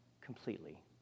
completely